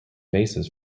basses